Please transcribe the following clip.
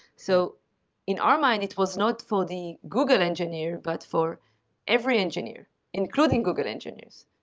so in our mind, it was not for the google engineer, but for every engineer including google engineers.